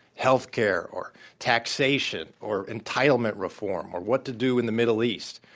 health care or taxation or entitlement reform or what to do in the middle east,